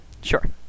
Sure